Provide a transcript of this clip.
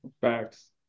Facts